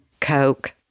Coke